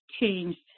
changed